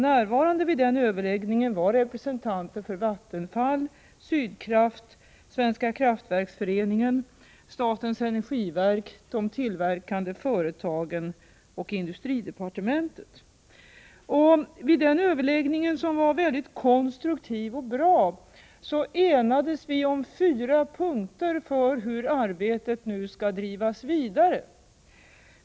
Närvarande vid den överläggningen var representanter för Vattenfall, Sydkraft, Svenska kraftverksföreningen, statens energiverk, de tillverkande företagen och industridepartementet. Vid den överläggningen, som var mycket konstruktiv och bra, enades vi om fyra punkter för hur arbetet nu skall drivas vidare.